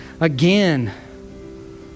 again